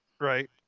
right